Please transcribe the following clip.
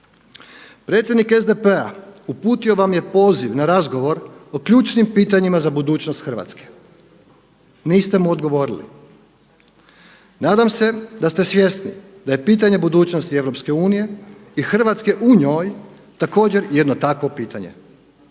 Predsjednik SDP-a uputio vam je poziv na razgovor o ključnim pitanjima za budućnost Hrvatske. Niste mu odgovorili. Nadam se da ste svjesni da je pitanje budućnosti EU i Hrvatske u njoj također jedno takvo pitanje.